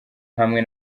hamwe